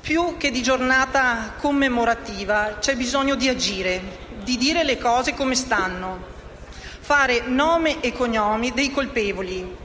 Più che di una giornata commemorativa c'è bisogno di agire, di dire le cose come stanno, fare nome e cognome dei colpevoli